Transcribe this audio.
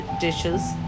dishes